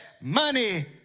money